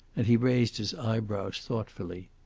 and he raised his eyebrows thoughtfully.